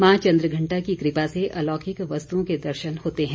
मां चंद्रघंटा की कृपा से अलौकिक वस्तुओं के दर्शन होते हैं